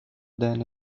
than